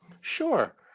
sure